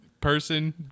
person